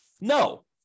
No